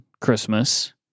Christmas